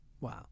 Wow